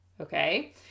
Okay